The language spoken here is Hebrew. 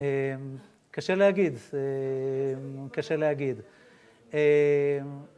קשה להגיד, קשה להגיד.